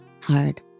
hard